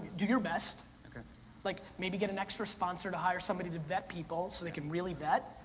do your best. like, maybe get an extra sponsor to hire somebody to vet people so they can really vet.